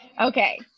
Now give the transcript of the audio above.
Okay